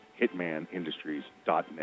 hitmanindustries.net